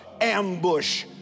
ambush